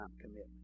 commitment